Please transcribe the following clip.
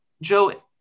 Joe